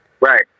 Right